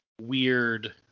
weird